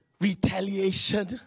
retaliation